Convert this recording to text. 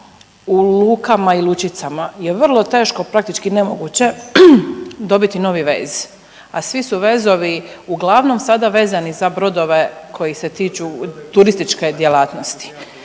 u lukama i lučicama je vrlo teško praktički nemoguće dobiti novi vez, a svi su vezovi uglavnom sada vezani za brodove koji se tiču turističke djelatnosti.